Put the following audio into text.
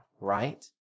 right